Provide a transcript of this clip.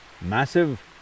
massive